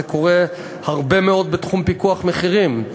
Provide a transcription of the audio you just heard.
זה קורה הרבה מאוד בתחום פיקוח המחירים.